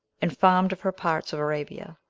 and farmed of her parts of arabia,